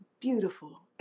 beautiful